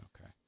Okay